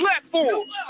platforms